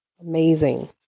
Amazing